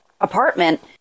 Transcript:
apartment